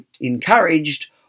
encouraged